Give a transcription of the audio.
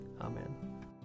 Amen